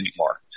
anymore